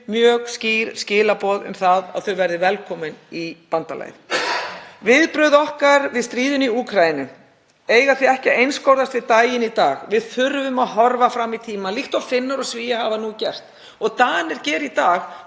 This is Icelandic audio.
mjög skýr skilaboð um að þau séu velkomin í bandalagið. Viðbrögð okkar við stríðinu í Úkraínu eiga því ekki að einskorðast við daginn í dag. Við þurfum að horfa fram í tímann, líkt og Finnar og Svíar hafa nú gert og Danir gera í dag